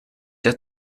der